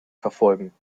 verfolgen